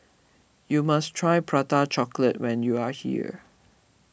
you must try Prata Chocolate when you are here